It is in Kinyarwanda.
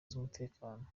z’umutekano